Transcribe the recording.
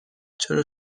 چرا